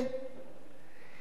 זה מביש ממש.